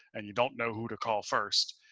and you don't know who to call first.